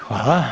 Hvala.